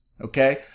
okay